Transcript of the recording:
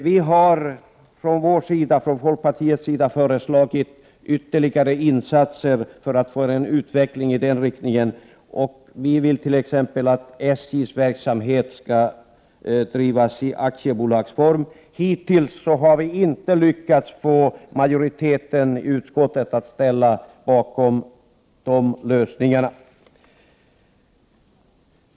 Vi i folkpartiet har således föreslagit ytterligare insatser i den riktningen. Vi vill t.ex. att SJ:s verksamhet skall bedrivas i aktiebolagsform. Hittills har vi dock inte lyckats få en majoritet i utskottet att ställa sig bakom sådana lösningar.